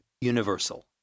universal